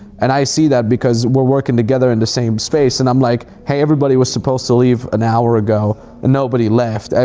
and i see that because we're working together in the same space and i'm like, hey, everybody was supposed to leave an hour ago and nobody left.